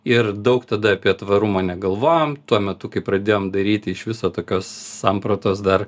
ir daug tada apie tvarumą negalvojom tuo metu kai pradėjom daryti iš viso tokios sampratos dar